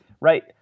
right